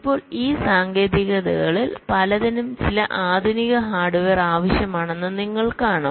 ഇപ്പോൾ ഈ സാങ്കേതികതകളിൽ പലതിനും ചില അധിക ഹാർഡ്വെയർ ആവശ്യമാണെന്ന് നിങ്ങൾ കാണും